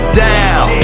down